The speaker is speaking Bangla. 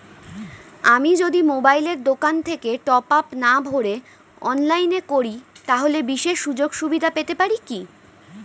আমি যদি মোবাইলের দোকান থেকে টপআপ না ভরে অনলাইনে করি তাহলে বিশেষ সুযোগসুবিধা পেতে পারি কি?